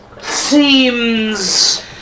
seems